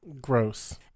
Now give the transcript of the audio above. gross